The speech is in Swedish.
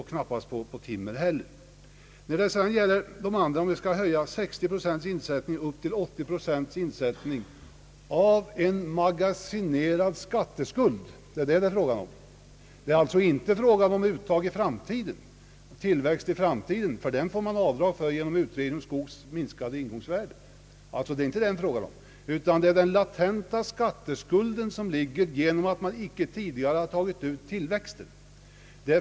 Höjningen av insättningen från 60 till 80 procent gäller en magasinerad skatteskuld. Det är alltså inte fråga om tillväxt i framtiden; den får man avdrag för genom skogens minskade ingångsvärde. Det är alltså inte detta frågan gäller, utan det är den latenta skatteskuld som uppstått genom att man icke tidigare tagit ut tillväxten.